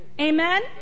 Amen